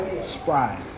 Spry